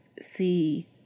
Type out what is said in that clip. see